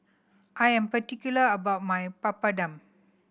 I am particular about my Papadum